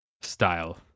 style